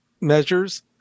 measures